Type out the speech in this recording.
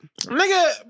Nigga